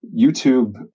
YouTube